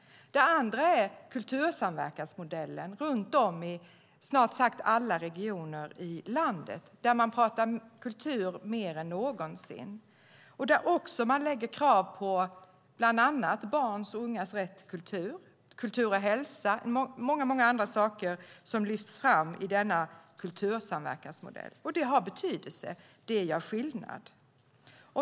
Det andra är kultursamverkansmodellen runt om i snart sagt alla regioner i landet, där man pratar kultur mer än någonsin. Man ställer också krav på bland annat barns och ungas rätt till kultur, kultur och hälsa samt många andra saker som lyfts fram i denna kultursamverkansmodell. Det har betydelse. Det gör skillnad.